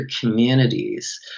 communities